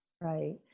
right